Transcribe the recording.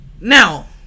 Now